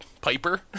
Piper